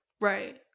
right